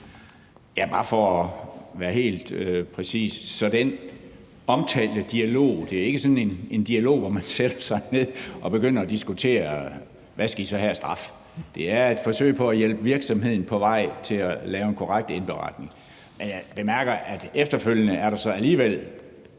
Bare for at være helt præcis vil jeg sige, at den omtalte dialog ikke er en dialog, hvor man sætter sig ned og begynder at diskutere med dem, hvad de så skal have af straf. Det er et forsøg på at hjælpe virksomheden på vej til at lave en korrekt indberetning. Men jeg bemærker, at der så efterfølgende alligevel